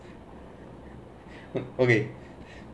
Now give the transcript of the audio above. okay